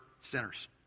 sinners